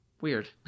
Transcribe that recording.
weird